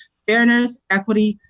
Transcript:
fairness, equity,